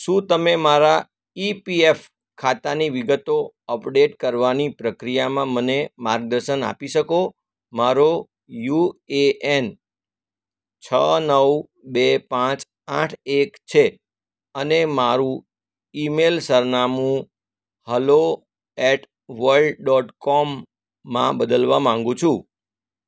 શું તમે મારા ઇપીએફ ખાતાની વિગતો અપડેટ કરવાની પ્રક્રિયામાં મને માર્ગદર્શન આપી શકો મારો યુ એ એન છ નવ બે પાંચ આઠ એક છે અને મારું ઈમેલ સરનામું હલો એટ વલ્ડ ડોટ કોમમાં બદલવા માગું છું